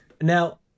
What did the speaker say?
Now